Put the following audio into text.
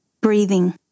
breathing